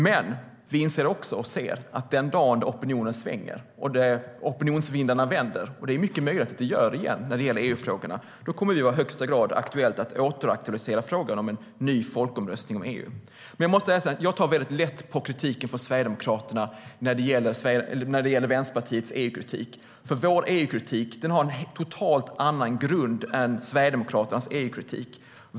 Men vi inser också att den dag då opinionen svänger, då opinionsvindarna vänder - det är mycket möjligt att det sker vad gäller EU-frågorna - kommer vi i hög grad att återaktualisera frågan om en ny folkomröstning om EU. Jag måste erkänna att jag tar väldigt lätt på kritiken från Sverigedemokraterna vad beträffar Vänsterpartiets EU-kritik, för vår EU-kritik har en totalt annan grund än Sverigedemokraternas.